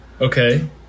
Okay